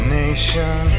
nation